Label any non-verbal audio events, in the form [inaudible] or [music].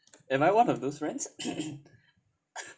am I one of those friends [coughs]